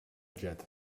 jet